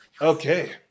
Okay